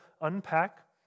unpack